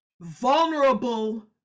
vulnerable